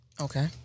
Okay